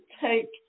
take